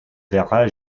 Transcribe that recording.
verra